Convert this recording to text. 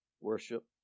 Worship